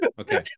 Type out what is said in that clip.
okay